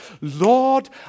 lord